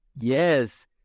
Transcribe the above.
Yes